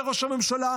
אומר ראש הממשלה,